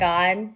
God